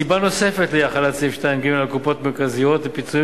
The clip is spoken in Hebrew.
סיבה נוספת לאי-החלת סעיף 2(ג) על קופות מרכזיות לפיצויים